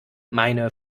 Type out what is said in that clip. meine